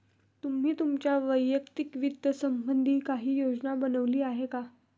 तुम्ही तुमच्या वैयक्तिक वित्त संबंधी काही योजना बनवली आहे का?